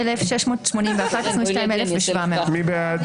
22,701 עד 22,720. מי בעד?